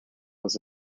was